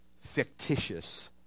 fictitious